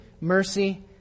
mercy